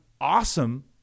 awesome